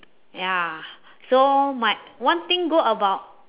ya so my one thing good about